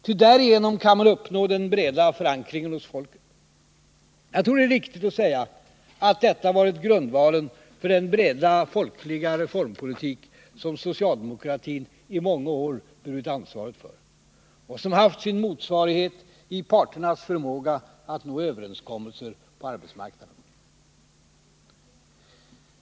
Ty därigenom kan man uppnå den breda förankringen hos folket. Jag tror det är riktigt att säga att detta varit grundvalen för den folkliga reformpolitik som socialdemokratin i många år burit ansvaret för och som haft sin motsvarighet i parternas förmåga att nå överenskommelser på arbetsmarknaden.